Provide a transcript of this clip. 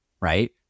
right